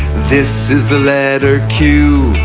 this is the letter q